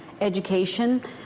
education